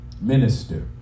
minister